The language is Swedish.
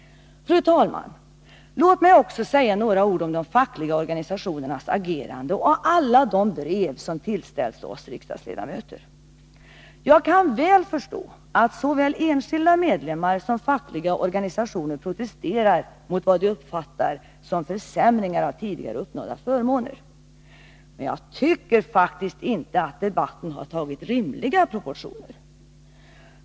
Fru talman! Låt mig också säga några ord om de fackliga organisationernas agerande och om alla de brev som tillställts oss riksdagsledamöter. Jag kan väl förstå att såväl enskilda medlemmar som fackliga organisationer protesterar mot vad de uppfattar som försämringar av tidigare uppnådda förmåner. Men jag tycker faktiskt inte att debatten har haft rimliga proportioner.